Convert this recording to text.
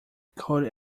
cold